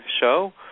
Show